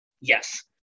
yes